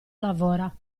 lavora